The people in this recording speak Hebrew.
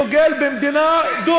לקרוא למחבל שהיד,